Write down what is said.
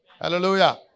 Hallelujah